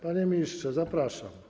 Panie ministrze, zapraszam.